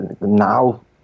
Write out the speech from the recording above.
now